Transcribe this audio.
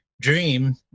dream